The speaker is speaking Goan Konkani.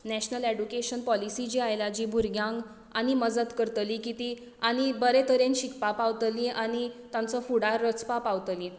नॅशनल एड्यूकेशन पाॅलिसी जी आयल्या जी भुरग्यांक आनी मजत करतली की ती आनी बरें तरेन शिकपाक पावतली आनी तांचो फुडार रचपाक पावतलीं